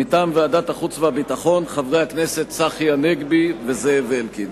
מטעם ועדת החוץ והביטחון: חברי הכנסת צחי הנגבי וזאב אלקין.